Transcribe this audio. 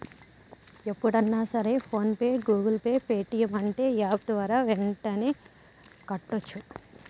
ఎప్పుడన్నా సరే PhonePe Google Pay Paytm అంటే యాప్ ద్వారా యెంటనే కట్టోచ్చు